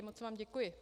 Moc vám děkuji.